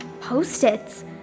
post-its